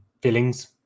feelings